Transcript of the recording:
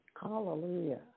Hallelujah